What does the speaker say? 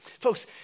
Folks